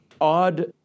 odd